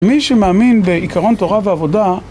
מי שמאמין בעיקרון תורה ועבודה